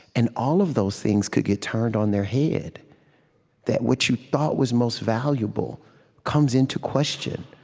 and all of those things could get turned on their head that what you thought was most valuable comes into question,